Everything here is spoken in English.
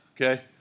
okay